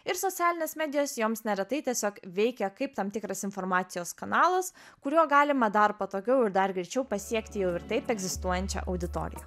ir socialinės medijos joms neretai tiesiog veikia kaip tam tikras informacijos kanalas kuriuo galima dar patogiau ir dar greičiau pasiekti jau ir taip egzistuojančią auditoriją